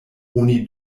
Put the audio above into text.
oni